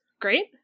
great